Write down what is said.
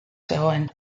zegoen